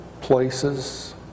places